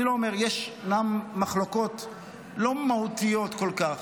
אני אומר, ישנן מחלוקות לא מהותיות כל כך.